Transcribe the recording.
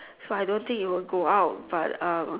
so I don't think it will go out but uh